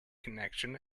connection